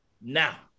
now